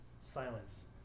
silence